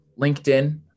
LinkedIn